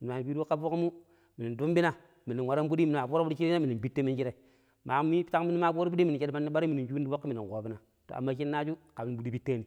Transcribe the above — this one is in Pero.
minu maa piiruƙo ka foƙ, minun tunbina minu nwaron fudi minu maa fooruƙo fudinmije minun pitto nminjire tang minu maa fooro mandi fudim minum nshadu mandi barai minum nshunbun ti fokki amma shinaaju kam nong fudi pittaani.